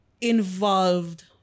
involved